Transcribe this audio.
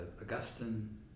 Augustine